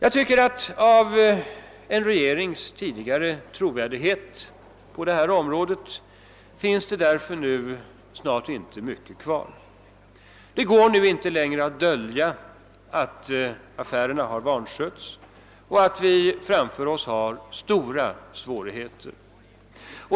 Av regeringens tidigare trovärdighet på detta område finns nu snart inte mycket kvar. Det går inte längre att dölja att vårt lands affärer har vanskötts och att vi framför oss har stora svårigheter.